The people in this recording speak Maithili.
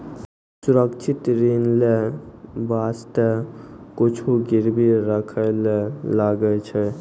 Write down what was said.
सुरक्षित ऋण लेय बासते कुछु गिरबी राखै ले लागै छै